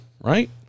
right